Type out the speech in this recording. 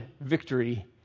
victory